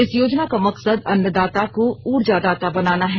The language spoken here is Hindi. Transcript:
इस योजना का मकसद अन्नदाता को ऊर्जादाता बनाना है